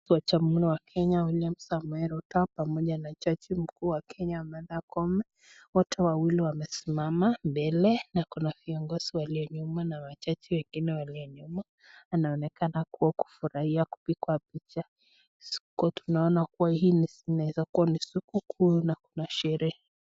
Mtu wa jamuhuri ya kenya William samoe ruto pamoja na jaji mkuu wa Kenya Martha koome wote wawili wamesimama mbele na kuna viongozi waliyo nyuma na wajaji wengine waliyo nyuma anaonekana kuwa kufurahai kupikwa picha kuwa tunaona hii inaeza kuwa ni sikukuu ama kuna sherehe.